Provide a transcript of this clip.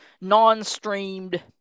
non-streamed